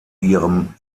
ihrem